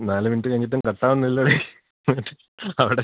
നാല് മിനുട്ട് കഴിഞ്ഞിട്ടും കട്ടാവുന്നില്ലത് മിനുട്ട് അവിടെ